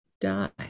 die